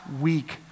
week